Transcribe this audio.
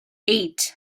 eight